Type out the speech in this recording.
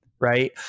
right